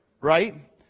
right